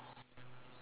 okay